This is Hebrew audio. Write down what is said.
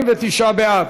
49 בעד,